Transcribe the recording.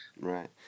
Right